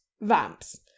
vamps